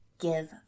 give